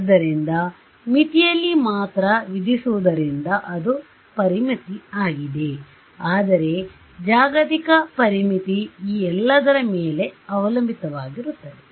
ಆದ್ದರಿಂದ ಮಿತಿಯಲ್ಲಿ ಮಾತ್ರ ವಿಧಿಸುವುದರಿಂದ ಅದು ಪರಿಮಿತಿ ಆಗಿದೆ ಆದರೆ ಜಾಗತಿಕ ಪರಿಮಿತಿ ಈ ಎಲ್ಲದರ ಮೇಲೆ ಅವಲಂಬಿತವಾಗಿರುತ್ತದೆ